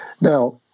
Now